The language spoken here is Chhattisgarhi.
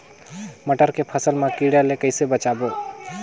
मटर के फसल मा कीड़ा ले कइसे बचाबो?